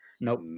Nope